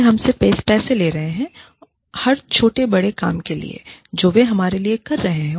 वे हमसे पैसे ले रहे हैं हर छोटे बड़े के काम के लिए जो वे हमारे लिए कर रहे हैं